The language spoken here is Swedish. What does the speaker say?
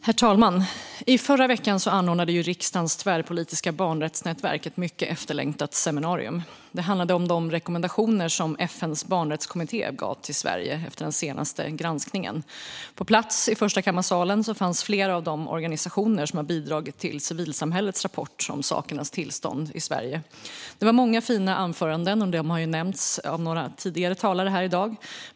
Herr talman! I förra veckan anordnade riksdagens tvärpolitiska barnrättsnätverk ett mycket efterlängtat seminarium. Det handlade om de rekommendationer som FN:s barnrättskommitté gav till Sverige efter den senaste granskningen. På plats i Förstakammarsalen fanns flera av de organisationer som bidragit till civilsamhällets rapport om sakernas tillstånd i Sverige. Det var många fina anföranden, och de har nämnts av några tidigare talare här i dag.